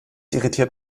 irritiert